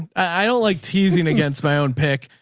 i don't like teasing against my own pick.